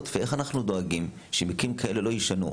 ואיך אנחנו דואגים שמקרים כאלה לא יישנו,